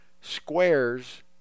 squares